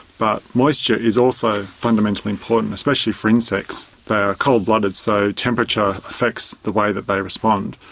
but moisture is also fundamentally important, especially for insects. they are cold blooded so temperature affects the way that they respond.